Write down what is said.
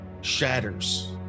shatters